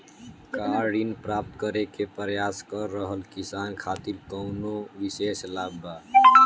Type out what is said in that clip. का ऋण प्राप्त करे के प्रयास कर रहल किसान खातिर कउनो विशेष लाभ बा?